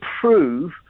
prove